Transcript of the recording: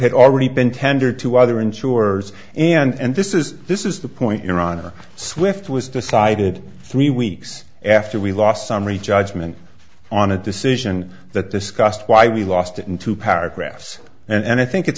had already been tendered to other insurers and this is this is the point your honor swift was decided three weeks after we lost summary judgment on a decision that discussed why we lost it in two paragraphs and i think it's